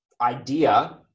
idea